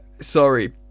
Sorry